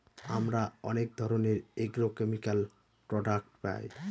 আমরা অনেক ধরনের এগ্রোকেমিকাল প্রডাক্ট পায়